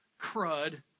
Crud